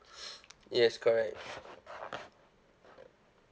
yes correct